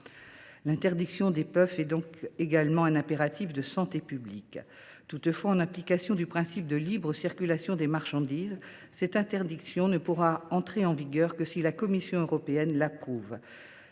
L’interdiction des puffs est donc un impératif de santé publique. Toutefois, en application du principe de libre circulation des marchandises, cette interdiction ne pourra entrer en vigueur que si la Commission européenne l’approuve.